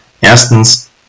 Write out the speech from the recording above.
Erstens